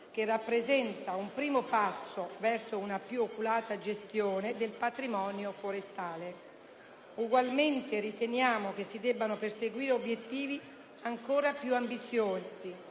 che rappresenta un primo passo verso una più oculata gestione del patrimonio forestale. Ugualmente, riteniamo che si debbano perseguire obiettivi ancora più ambiziosi